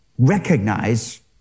recognize